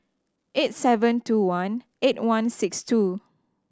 eight seven two one eight one six two